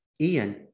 Ian